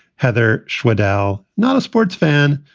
heather swindell, not a sports fan,